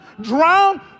drown